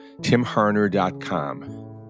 timharner.com